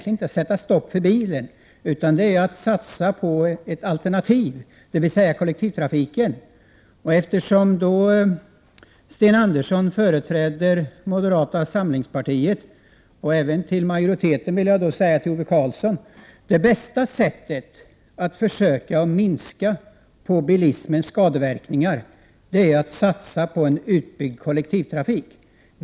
Det är inte att sätta stopp för bilen utan att satsa på alternativ, dvs. kollektivtrafiken. Till Sten Andersson, som företräder moderata samlingspartiet, och till Ove Karlsson, som företräder majoriteten, vill jag säga att det bästa sättet att försöka minska bilismens skadeverkningar är att satsa på en utbyggd kollektivtrafik.